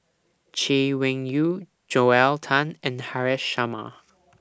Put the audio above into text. Chay Weng Yew Joel Tan and Haresh Sharma